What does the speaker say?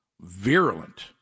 virulent